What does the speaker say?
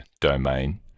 domain